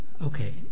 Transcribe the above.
Okay